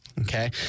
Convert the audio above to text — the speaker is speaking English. Okay